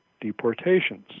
deportations